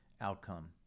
outcome